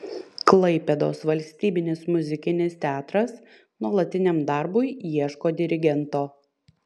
klaipėdos valstybinis muzikinis teatras nuolatiniam darbui ieško dirigento